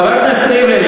חבר הכנסת ריבלין,